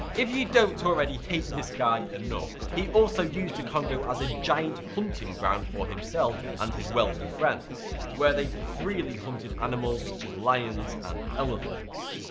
if you don't already hate this guy enough, he also used the congo as a giant hunting ground for himself and his wealthy friends where they freely hunted animals such as lions and elephants.